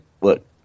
look